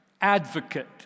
advocate